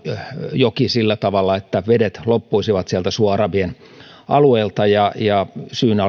joki sillä tavalla että vedet loppuisivat sieltä suoarabien alueelta ja ja syynä